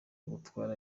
gutwara